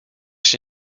się